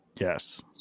Yes